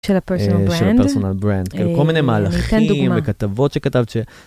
של פרסונל ברנד, כל מיני מהלכים וכתבות שכתבת ש...